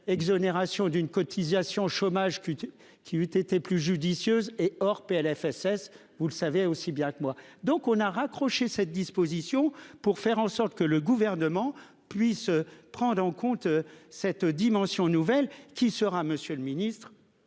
exonération d'une cotisation chômage. Qu'il eut été plus judicieuse et hors PLFSS, vous le savez aussi bien que moi donc on a raccroché cette disposition pour faire en sorte que le gouvernement puisse prendre en compte cette dimension nouvelle qui sera monsieur le ministre.